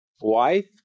wife